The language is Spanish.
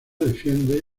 defiende